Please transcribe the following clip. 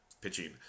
pitching